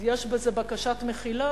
יש בזה בקשת מחילה,